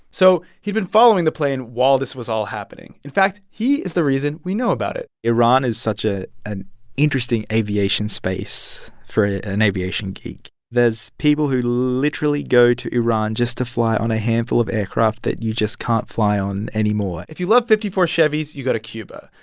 so he'd been following the plane while this was all happening. in fact, he is the reason we know about it iran is such a an interesting aviation space for an aviation geek. there's people who literally go to iran just to fly on a handful of aircraft that you just can't fly on anymore if you love zero five four chevys, you go to cuba.